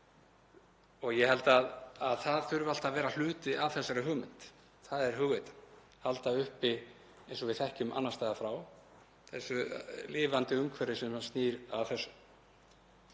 Ég held að það þurfi alltaf að vera hluti af þessari hugmynd um hugveituna að halda uppi, eins og við þekkjum annars staðar frá, lifandi umhverfi sem snýr að þessu.